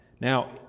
Now